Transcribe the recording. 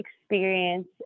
experience